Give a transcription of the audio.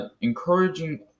encouraging